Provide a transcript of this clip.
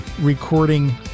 recording